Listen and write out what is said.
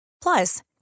Plus